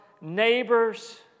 neighbors